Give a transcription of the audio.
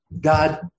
God